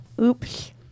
Oops